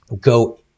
go